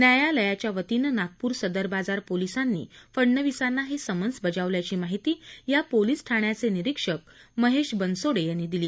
न्यायालयाच्यावतीनं नागपूर सदर बाजार पोलिसांनी फडणवीसांना हे समन्स बजावल्याची माहिती या पोलिस ठाण्याचे निरीक्षक महेश बनसोडे यांनी दिली